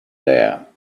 there